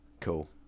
Cool